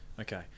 okay